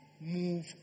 move